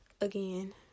again